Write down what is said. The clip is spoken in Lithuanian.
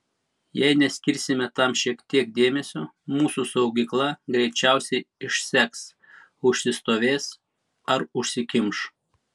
jei neskirsime tam šiek tiek dėmesio mūsų saugykla greičiausiai išseks užsistovės ar užsikimš